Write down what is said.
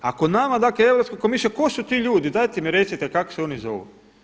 Ako nama dakle Europska komisija, tko su ti ljudi dajte mi recite kako se oni zovu?